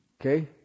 Okay